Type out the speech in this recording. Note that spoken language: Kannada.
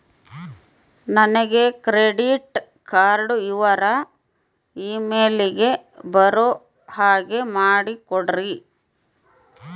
ನನಗೆ ಕ್ರೆಡಿಟ್ ಕಾರ್ಡ್ ವಿವರ ಇಮೇಲ್ ಗೆ ಬರೋ ಹಾಗೆ ಮಾಡಿಕೊಡ್ರಿ?